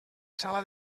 sala